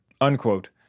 Unquote